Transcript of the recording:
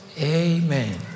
Amen